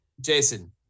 Jason